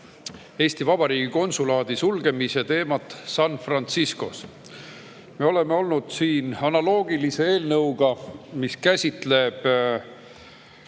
Eesti Vabariigi konsulaadi sulgemise teemat San Franciscos. Me oleme olnud siin analoogilise eelnõuga, mis käsitles